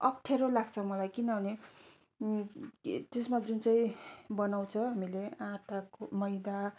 अप्ठ्यारो लाग्छ मलाई किनभने त्यसमा जुन चाहिँ बनाउँछ हामीले आँटाको मैदा